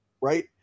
right